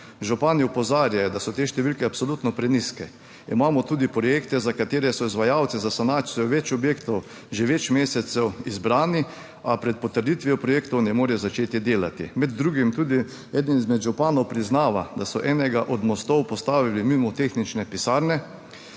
Župani opozarjajo, da so te številke absolutno prenizke. Imamo tudi projekte, za katere so izvajalci za sanacijo več objektov že več mesecev izbrani, a pred potrditvijo projektov ne morejo začeti delati. Med drugim tudi eden izmed županov priznava, da so enega od mostov postavili mimo tehnične pisarne,